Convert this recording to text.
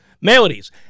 maladies